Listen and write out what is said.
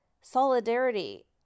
solidarity